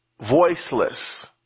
voiceless